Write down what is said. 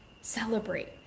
celebrate